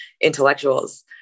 intellectuals